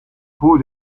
voor